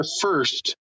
first